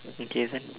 what even